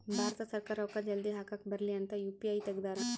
ಭಾರತ ಸರ್ಕಾರ ರೂಕ್ಕ ಜಲ್ದೀ ಹಾಕಕ್ ಬರಲಿ ಅಂತ ಯು.ಪಿ.ಐ ತೆಗ್ದಾರ